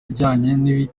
ijyanye